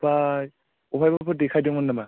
ओमफ्राय बबेहायबाफोर देखायदोंमोन नामा